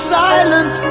silent